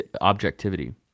objectivity